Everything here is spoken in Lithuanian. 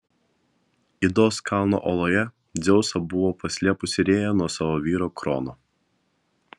idos kalno oloje dzeusą buvo paslėpusi rėja nuo savo vyro krono